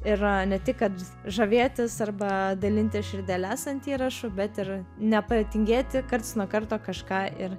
ir ne tik kad žavėtis arba dalinti širdeles ant įrašų bet ir nepatingėti karts nuo karto kažką ir